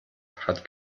hat